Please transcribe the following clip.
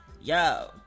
Yo